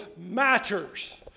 matters